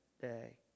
day